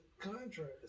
Contrast